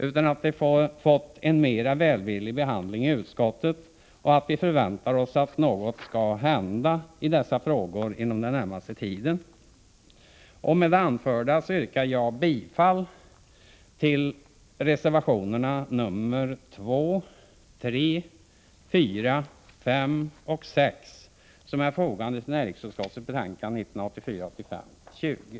De har fått en mera välvillig behandling i utskottet, och vi förväntar oss att något skall hända i dessa frågor inom den närmaste tiden. Med det anförda yrkar jag bifall till reservationerna 2, 3, 4, 5 och 6, som är fogade till näringsutskottets betänkande 1984/85:20.